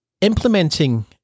implementing